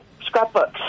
scrapbooks